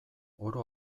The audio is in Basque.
oro